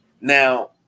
Now